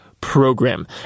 program